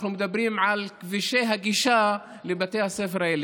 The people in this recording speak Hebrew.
אנחנו מדברים על כבישי הגישה לבתי הספר האלה.